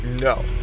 No